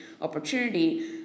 opportunity